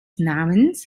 namens